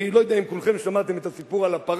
אני לא יודע אם כולכם שמעתם את הסיפור על הפרה,